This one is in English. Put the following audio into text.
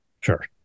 Sure